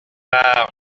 par